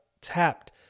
tapped